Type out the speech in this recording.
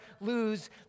lose